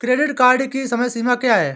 Credit card की समय सीमा क्या है?